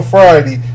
Friday